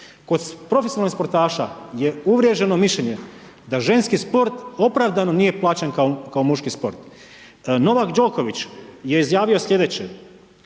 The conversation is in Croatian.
Kod profesionalnih sportaša je uvriježeno mišljenje da ženski sport opravdano nije plaćen kao muški sport. Novak Đoković je izjavio slijedeće,